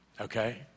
okay